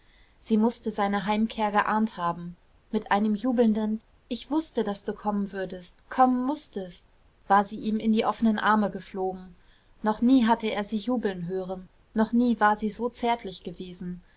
sie mußte seine heimkehr geahnt haben mit einem jubelnden ich wußte daß du kommen würdest kommen mußtest war sie ihm in die offenen arme geflogen noch nie hatte er sie jubeln hören noch nie war sie so zärtlich gewesen